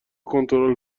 کنترل